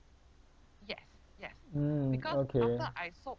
mm okay